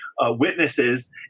witnesses